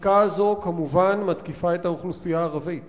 החקיקה הזאת, כמובן, מתקיפה את האוכלוסייה הערבית